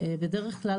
בדרך כלל,